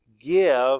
give